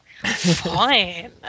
Fine